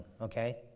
okay